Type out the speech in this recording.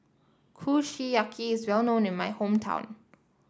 Kushiyaki is well known in my hometown